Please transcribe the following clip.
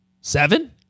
seven